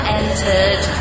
entered